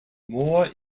more